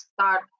start